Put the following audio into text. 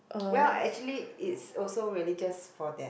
well actually it's also really just for that